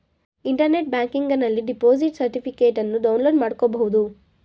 internet ಬ್ಯಾಂಕಿಂಗನಲ್ಲಿ deposit ಸರ್ಟಿಫಿಕೇಟನ್ನು download ಮಾಡ್ಕೋಬಹುದು